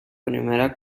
primera